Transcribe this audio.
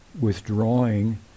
withdrawing